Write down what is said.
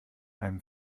einem